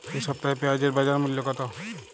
এ সপ্তাহে পেঁয়াজের বাজার মূল্য কত?